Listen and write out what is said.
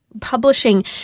publishing